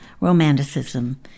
Romanticism